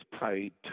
paid